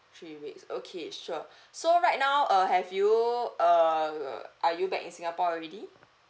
three weeks okay sure so right now uh have you err are you back in singapore already